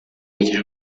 ella